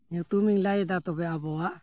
ᱧᱩᱛᱩᱢᱤᱧ ᱞᱟᱹᱭᱮᱫᱟ ᱛᱚᱵᱮ ᱟᱵᱚᱣᱟᱜ